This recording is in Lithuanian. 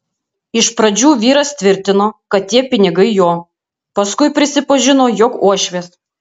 iš pradžių vyras tvirtino kad tie pinigai jo paskui prisipažino jog uošvės